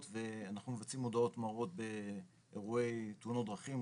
ואנחנו מבצעים הודעות מרות באירועי תאונות דרכים,